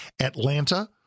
Atlanta